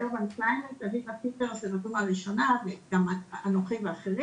של הוועדה המחוזית דיברה על 65% - זה מצוין.